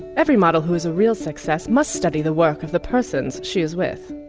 every model who is a real success must study the work of the person she is with.